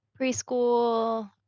preschool